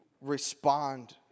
respond